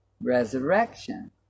resurrection